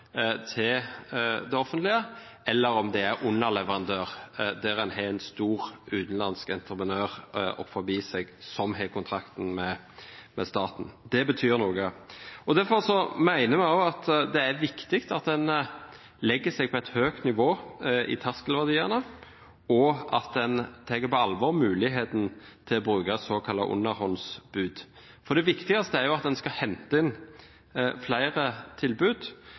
til det offentlige, eller om man er underleverandør og har en stor, utenlandsk entreprenør over seg som har kontrakten med staten. Det betyr noe. Derfor mener vi også at det er viktig at en legger seg på et høyt nivå i terskelverdiene, og at en tar på alvor muligheten til å bruke såkalte underhåndsbud. Det viktigste er at en skal hente inn flere tilbud,